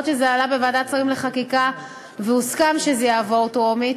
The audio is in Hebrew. שזה עלה בוועדת השרים לחקיקה והוסכם שזה יעבור בקריאה טרומית,